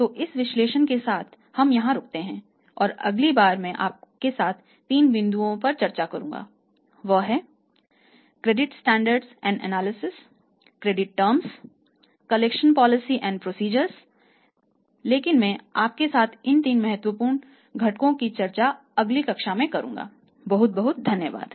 तो इस विश्लेषण के साथ हम यहां रुकते हैं और अगली बार मैं आपके साथ तीन बिंदुओं पर चर्चा करूंगा वह है क्रेडिट स्टैंडर्ड्स एंड एनालिसिस लेकिन मैं आपके साथ इन तीन महत्वपूर्ण घटकों की चर्चा अगली कक्षा में करूंगा बहुत बहुत धन्यवाद